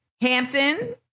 Hampton